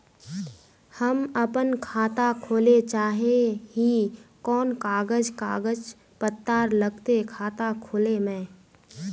हम अपन खाता खोले चाहे ही कोन कागज कागज पत्तार लगते खाता खोले में?